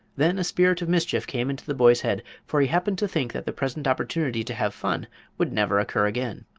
then a spirit of mischief came into the boy's head, for he happened to think that the present opportunity to have fun would never occur again.